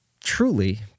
truly